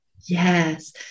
Yes